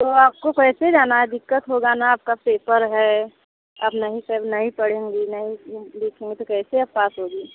तो आपको कैसे जाना है दिक्कत होगी ना आपका पेपर है अब नहीं कर नहीं पढे़ंगी नहीं लिखेंगी तो कैसे पास होंगी